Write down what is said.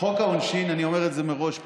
אומר את זה מראש פה,